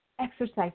exercise